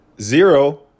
zero